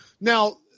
now